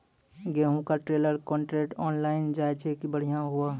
गेहूँ का trailer contractor online जाए जैकी बढ़िया हुआ